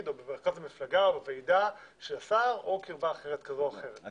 או במרכז המפלגה או בוועידה של השר או קרבה אחרת כזו או אחרת,